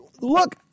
look